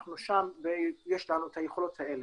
אנחנו שם ויש לנו את היכולות האלה.